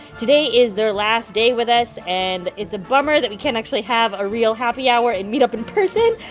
today is their last day with us, and it's a bummer that we can't actually have a real happy hour and meet up in person.